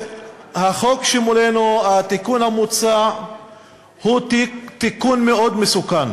החוק שמולנו, התיקון המוצע הוא תיקון מאוד מסוכן.